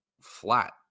flat